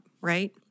right